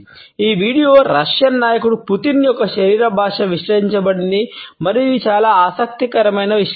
ఈ video Russian నాయకుడు Putin యొక్క శరీర భాష విశ్లేషించబడింది మరియు ఇది చాలా ఆసక్తికరమైన విశ్లేషణ